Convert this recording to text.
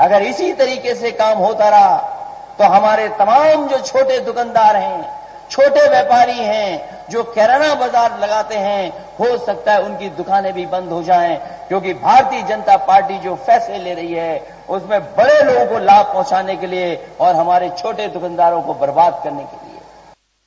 अगर इसी तरीके से काम होता रहा तो हमारे तमाम छोटे दुकानदार है छोटे व्यापारी है जो किराना बाजार लगाते है हो सकता है उनकी दुकाने भी बंद हो जाये क्योंकि भारतीय जनता पार्टी जो फैसले ले रही है उसमें बड़े लोगों को लाभ पहुंचाने के लिये और हमारे छोट दुकानदारों को बर्बाद करने के लिये हैं